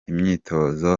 imyitozo